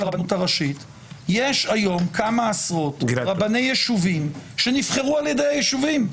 הרבנות הראשית יש היום כמה עשרות רבני יישובים שנבחרו על ידי היישובים,